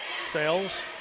Sales